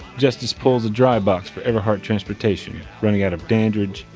justice pulls a dry box for everhart transportation, running out of dandridge,